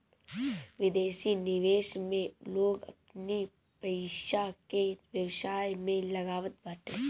विदेशी निवेश में लोग अपनी पईसा के व्यवसाय में लगावत बाटे